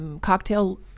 cocktail